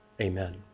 Amen